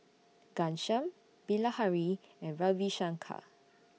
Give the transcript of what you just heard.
Ghanshyam Bilahari and Ravi Shankar